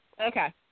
Okay